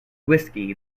whisky